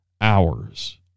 hours